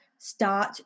start